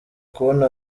kubona